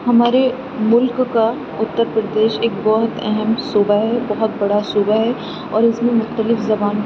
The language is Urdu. ہمارے ملک کا اتر پردیش ایک بہت اہم صوبہ ہے بہت بڑا صوبہ ہے اور اس میں مختلف زبان